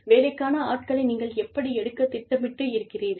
வேலைக்கான ஆட்களை நீங்கள் எப்படி எடுக்கத் திட்டமிட்டு இருக்கிறீர்கள்